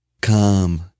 Come